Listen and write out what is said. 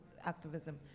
activism